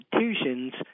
institutions –